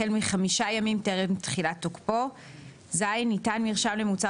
החל מחמישה ימים טרם תחילת תוקפו; (ז) ניתן מרשם למוצר